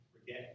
forget